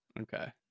okay